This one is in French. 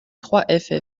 trois